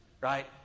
Right